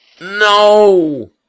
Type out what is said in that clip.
No